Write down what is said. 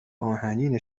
آهنین